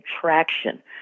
traction